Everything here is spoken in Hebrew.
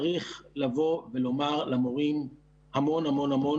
צריך לבוא ולומר למורים המון המון המון,